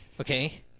okay